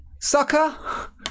sucker